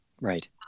Right